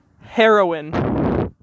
Heroin